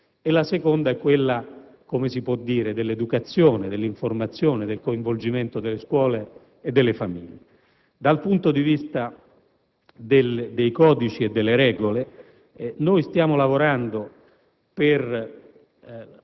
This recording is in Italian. la seconda è quella dell'educazione, dell'informazione e del coinvolgimento delle scuole e delle famiglie. Dal punto di vista dei codici e delle regole, stiamo lavorando per